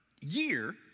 year